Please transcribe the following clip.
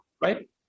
Right